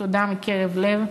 תודה מקרב לב,